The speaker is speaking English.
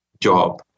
job